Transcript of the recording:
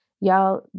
y'all